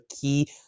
key